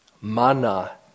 mana